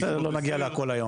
שנות שירות,